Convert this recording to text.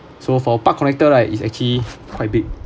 so for park connector right is actually quite big